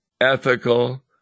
ethical